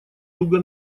туго